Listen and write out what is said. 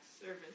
service